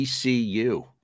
ECU